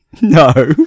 no